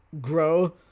grow